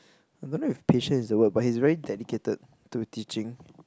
I don't know if patient is the word but he is really dedicated to teaching